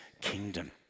kingdom